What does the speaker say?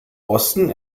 osten